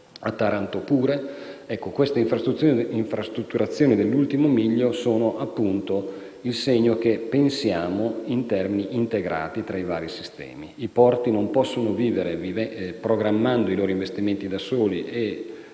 Taranto. Queste infrastrutturazioni dell'ultimo miglio sono il segno che pensiamo in termini integrati tra i vari sistemi: i porti non possono programmare i loro investimenti da soli,